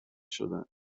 شدند